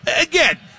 Again